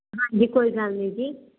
ਹਾਂਜੀ ਕੋਈ ਗੱਲ ਨਹੀਂ ਜੀ